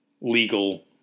legal